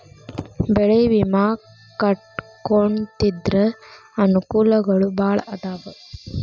ಬೆಳೆ ವಿಮಾ ಕಟ್ಟ್ಕೊಂತಿದ್ರ ಅನಕೂಲಗಳು ಬಾಳ ಅದಾವ